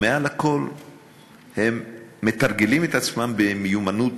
ומעל הכול הם מתרגלים את עצמם במיומנויות,